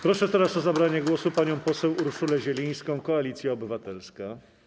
Proszę o zabranie głosu panią poseł Urszulę Zielińską, Koalicja Obywatelska.